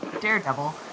Daredevil